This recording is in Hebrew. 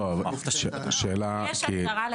בסוף התשתית יקרה,